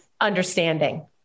understanding